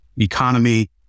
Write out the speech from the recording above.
economy